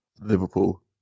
Liverpool